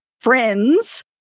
friends